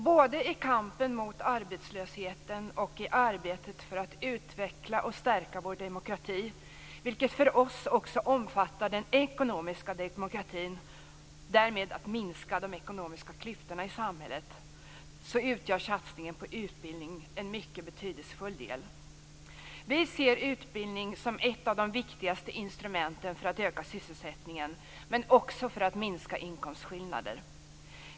Både i kampen mot arbetslösheten och i arbetet för att utveckla och stärka vår demokrati - vilket för oss också omfattar den ekonomiska demokratin och därmed att minska de ekonomiska klyftorna i samhället - utgör satsningen på utbildning en mycket betydelsefull del. Vi ser utbildning som ett av de viktigaste instrumenten för att öka sysselsättningen, men också för att minska inkomstskillnader.